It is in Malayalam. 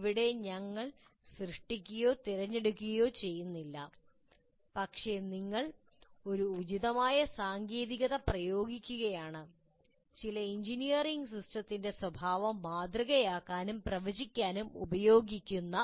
ഇവിടെ ഞങ്ങൾ സൃഷ്ടിക്കുകയോ തിരഞ്ഞെടുക്കുകയോ ചെയ്യുന്നില്ല പക്ഷേ നിങ്ങൾ ഒരു ഉചിതമായ സാങ്കേതികത പ്രയോഗിക്കുകയാണ് ചില എഞ്ചിനീയറിംഗ് സിസ്റ്റത്തിന്റെ സ്വഭാവം മാതൃകയാക്കാനും പ്രവചിക്കാനും ഉപയോഗിക്കുന്ന